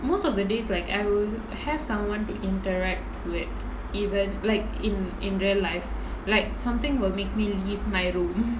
most of the days like I will have someone to interact with even like in in real life like something will make me leave my room